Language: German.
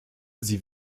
sie